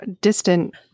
distant